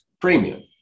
premium